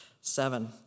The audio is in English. Seven